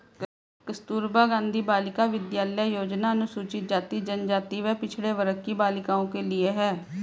कस्तूरबा गांधी बालिका विद्यालय योजना अनुसूचित जाति, जनजाति व पिछड़े वर्ग की बालिकाओं के लिए है